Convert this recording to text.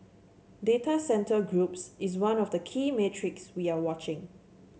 data centre groups is one of the key metrics we are watching